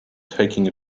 taking